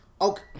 Okay